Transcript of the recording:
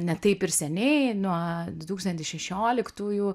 ne taip ir seniai nuo du tūkstantis šešioliktųjų